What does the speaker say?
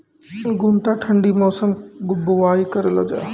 गोटा ठंडी मौसम बुवाई करऽ लो जा?